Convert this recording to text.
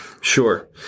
Sure